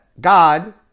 God